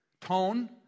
Tone